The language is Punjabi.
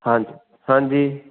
ਹਾਂਜੀ ਹਾਂਜੀ